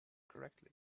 correctly